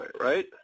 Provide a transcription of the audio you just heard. right